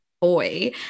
boy